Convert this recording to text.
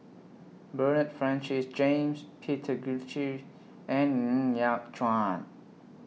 Bernard Francis James Peter Gilchrist and Ng Yat Chuan